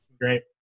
Great